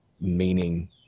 meaning